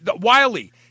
Wiley –